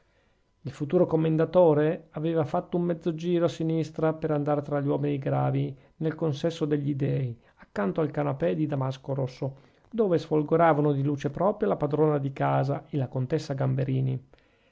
il futuro commendatore aveva fatto un mezzo giro a sinistra per andare tra gli uomini gravi nel consesso degli dei accanto al canapè di damasco rosso dove sfolgoravano di luce propria la padrona di casa e la contessa gamberini